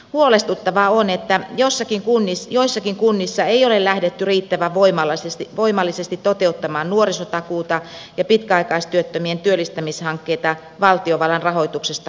huolestuttavaa on että joissakin kunnissa ei ole lähdetty riittävän voimallisesti toteuttamaan nuorisotakuuta ja pitkäaikaistyöttömien työllistämishankkeita valtiovallan rahoituksesta huolimatta